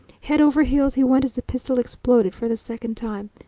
head over heels he went as the pistol exploded for the second time.